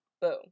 Boom